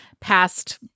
past